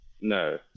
no